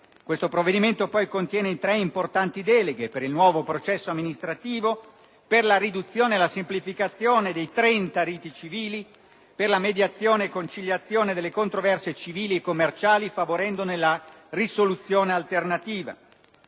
Questo provvedimento contiene inoltre tre importanti deleghe: per il nuovo processo amministrativo, per la riduzione e la semplificazione dei trenta riti civili e per la mediazione e la conciliazione delle controversie civili e commerciali, favorendone la risoluzione alternativa.